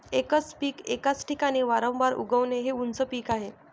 एकच पीक एकाच ठिकाणी वारंवार उगवणे हे उच्च पीक आहे